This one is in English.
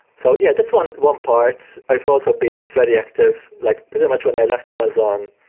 so yeah, that's one one part i've also been very active like pretty much when i left amazon,